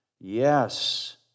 Yes